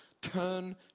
turn